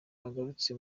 agarutse